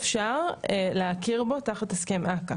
אי אפשר להכיר בו תחת הסכם אכ"א.